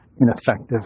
ineffective